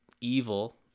evil